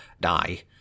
die